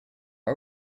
are